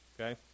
okay